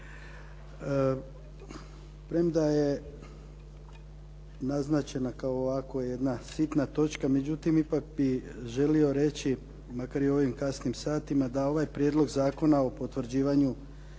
Premda je naznačena kao ovako jedna sitna točka, međutim ipak bih želio reći makar i u ovim kasnim satima da ovaj Prijedlog zakona o potvrđivanju